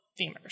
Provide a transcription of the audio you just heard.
femurs